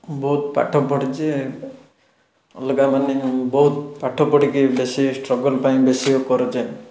ବହୁତ ପାଠ ପଢ଼ିଛେ ଅଲଗା ମାନେ ବହୁତ ପାଠ ପଢ଼ିକି ବେଶୀ ଷ୍ଟ୍ରଗଲ୍ ପାଇଁ ବେଶୀ କରୁଛେ